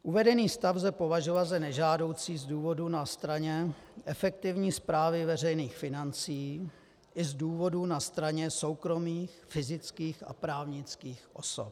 Uvedený stav lze považovat za nežádoucí z důvodů na straně efektivní správy veřejných financí i z důvodů na straně soukromých fyzických a právnických osob.